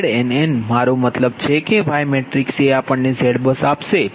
મારો મતલબ છે કે Yમેટ્રિક્સ એ આપણને ZBUS આપશે